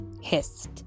hissed